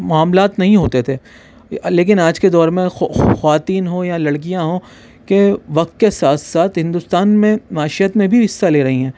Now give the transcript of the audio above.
معاملات نہیں ہوتے تھے لیکن آج کے دور میں خواتین ہوں یا لڑکیاں ہوں کہ وقت کے ساتھ ساتھ ہندوستان میں معشیت میں بھی حصہ لے رہی ہیں